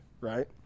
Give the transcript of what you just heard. right